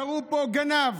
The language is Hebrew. קראו פה "גנב",